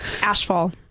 Ashfall